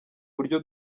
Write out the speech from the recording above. buryo